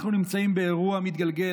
אנחנו נמצאים באירוע מתגלגל,